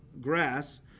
grass